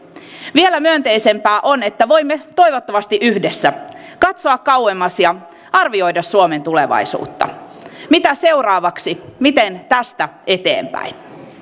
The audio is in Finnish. vielä myönteisempää on että voimme toivottavasti yhdessä katsoa kauemmas ja arvioida suomen tulevaisuutta mitä seuraavaksi miten tästä eteenpäin